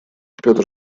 петр